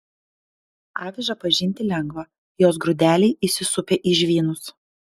avižą pažinti lengva jos grūdeliai įsisupę į žvynus